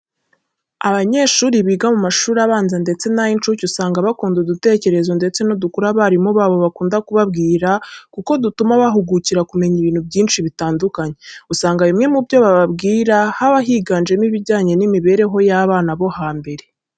Abanyeshuri biga mu mashuri abanza ndetse n'ay'incuke usanga bakunda udutekerezo ndetse n'udukuru abarimu babo bakunda kubabwira kuko dutuma bahugukira kumenya ibintu byinshi bitandukanye. Usanga bimwe mu byo bababwira haba higanjemo ibijyane n'imibereho y'abana bo hambere.